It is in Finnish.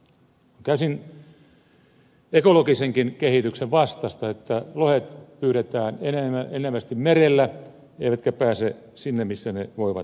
on täysin ekologisenkin kehityksen vastaista että lohet pyydetään enenevästi merellä eivätkä ne pääse sinne missä ne voivat lisääntyä